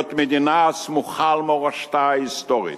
להיות מדינה הסמוכה על מורשתה ההיסטורית,